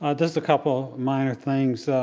ah just a couple minor things.